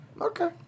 Okay